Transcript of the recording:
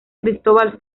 cristóbal